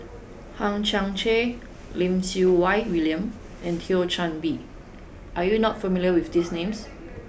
Hang Chang Chieh Lim Siew Wai William and Thio Chan Bee are you not familiar with these names